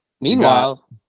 Meanwhile